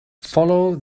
follow